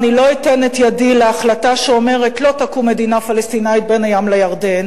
אני לא אתן ידי להחלטה שאומרת "לא תקום מדינה פלסטינית בין הים לירדן"